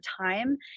time